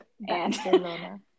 Barcelona